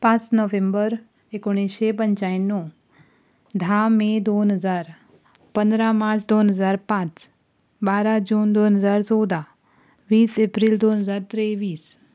पांच नोव्हेंबर एकोणीशे पंच्याण्णव धा मे दोन हजार पंदरा मार्च दोन हजार पांच बारा जून दोन हजार चवदा वीस एप्रील दोन हजार तेवीस